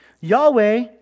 Yahweh